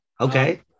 Okay